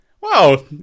wow